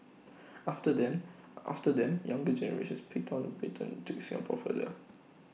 after them after them younger generations picked up baton took Singapore further